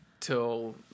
Till